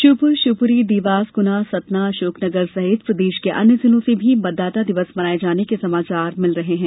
श्योपुर शिवपूरी देवास गुना उमरिया सतना अशोकनगरछिंदवाड़ा सहित प्रदेश के अन्य जिलों से भी मतदाता दिवस मनाये जाने के समाचार भिल रहे हैं